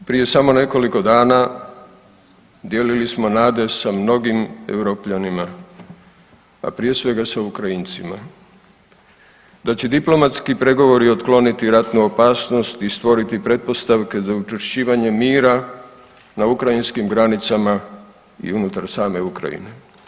Prije samo nekoliko dana dijelili smo nade sa mnogim Europljanima, a prije svega sa Ukrajincima da će diplomatski pregovori otkloniti ratne opasnosti i stvoriti pretpostavke za učvršćivanje mira na ukrajinskim granicama i unutar same Ukrajine.